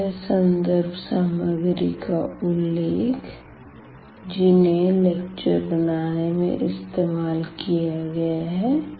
यह संदर्भ सामग्री का उल्लेख है जिन्हें लेक्चर बनाने में इस्तेमाल किया गया है